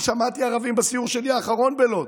שמעתי ערבים בסיור האחרון שלי בלוד